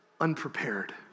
unprepared